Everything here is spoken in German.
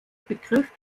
begriff